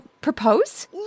propose